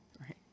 right